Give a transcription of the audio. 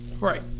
Right